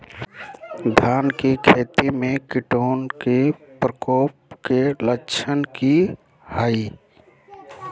धान की खेती में कीटों के प्रकोप के लक्षण कि हैय?